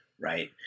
right